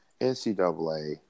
NCAA